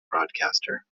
broadcaster